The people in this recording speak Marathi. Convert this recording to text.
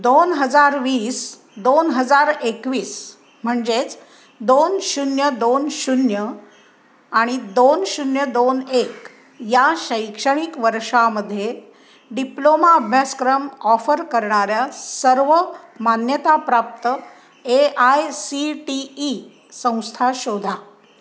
दोन हजार वीस दोन हजार एकवीस म्हणजेच दोन शून्य दोन शून्य आणि दोन शून्य दोन एक या शैक्षणिक वर्षामध्ये डिप्लोमा अभ्यासक्रम ऑफर करणाऱ्या सर्व मान्यताप्राप्त A I C T E संस्था शोधा